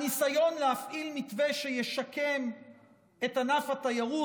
והניסיון להפעיל מתווה שישקם את ענף התיירות.